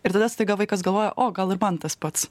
ir tada staiga vaikas galvoja o gal ir man tas pats